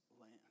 land